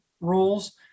rules